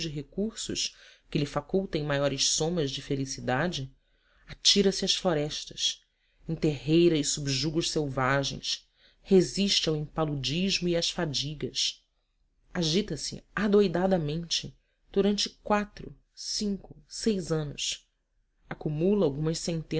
recursos que lhe facultem maiores somas de felicidades atira-se às florestas enterreira e subjuga os selvagens resiste ao impaludismo e às fadigas agita-se adoidadamente durante quatro cinco seis anos acumula algumas